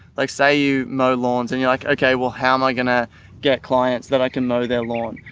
like say you mow lawns and you're like, okay, well how am i going to get clients that i can mow their lawn?